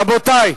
רבותי.